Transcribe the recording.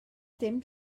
dim